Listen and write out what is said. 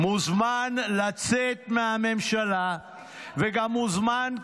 מוזמן לצאת מהממשלה וגם מוזמן,